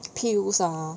pills ah